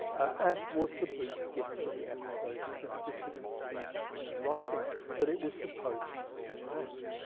as was the boost given to the episode to the dissident speech and writing that it was supposed to suppress.